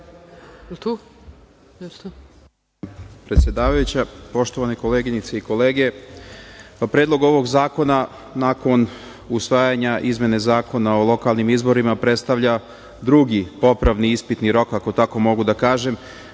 predsedavajuća, poštovane koleginice i kolege, Predlog ovog zakona nakon usvajanja izmene Zakona o lokalnim izborima predstavlja drugi popravni ispitni rok, ako tako mogu da kažem,